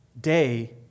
day